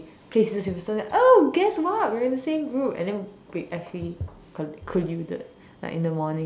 play scissor paper stone oh guess what we are in the same group and then we actually coll~ colluded like in the morning